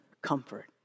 comfort